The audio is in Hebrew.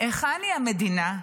היכן היא המדינה?